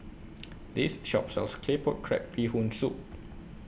This Shop sells Claypot Crab Bee Hoon Soup